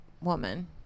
woman